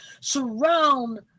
surround